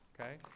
okay